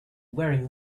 wearing